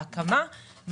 בהקמה,